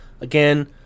Again